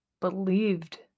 believed